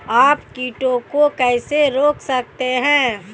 आप कीटों को कैसे रोक सकते हैं?